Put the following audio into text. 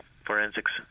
forensics